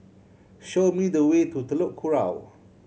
show me the way to Telok Kurau